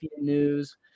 News